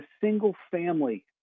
single-family